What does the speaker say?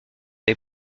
les